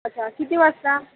अच्छा किती वाजता